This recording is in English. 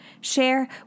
share